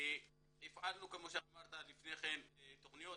כמו שאמרת לפני כן הפעלנו תכניות,